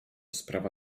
sprawa